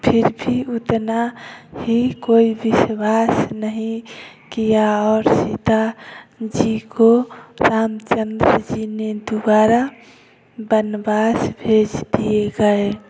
फिर भी उतना ही कोई विश्वास नहीं किया और सीता जी को रामचंद्र जी ने दोबारा वनवास भेज दिए गए